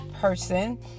person